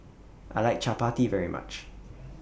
I like Chapati very much